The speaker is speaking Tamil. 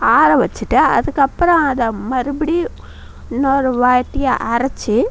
ஆற வச்சுட்டு அதுக்கப்புறம் அதை மறுபடியும் இன்னோரு வாட்டி அரைச்சு